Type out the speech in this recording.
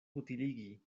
utiligi